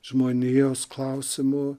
žmonijos klausimu